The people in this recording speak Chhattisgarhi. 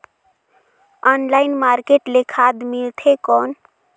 ऑनलाइन मार्केट ले खाद मिलथे कौन?